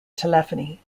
telephony